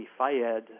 Fayed